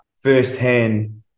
firsthand